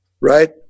right